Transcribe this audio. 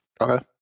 Okay